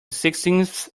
sixteenth